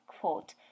quote